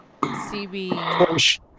CB